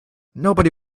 nobody